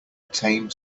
tame